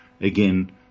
Again